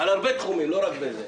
בהרבה תחומים, לא רק בזה.